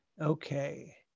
Okay